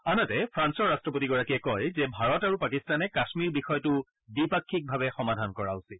আনহাতে ফ্ৰান্সৰ ৰাষ্ট্ৰপতিগৰাকীয়ে কয় যে ভাৰত আৰু পাকিস্তানে কাম্মীৰ বিষয়টো দ্বিপাক্ষিকভাৱে সমাধান কৰা উচিত